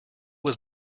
was